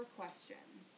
questions